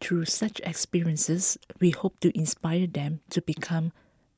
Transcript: through such experiences we hope to inspire them to become